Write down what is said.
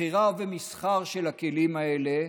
מכירה ומסחר של הכלים האלה,